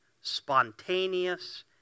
spontaneous